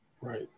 right